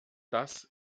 das